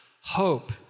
hope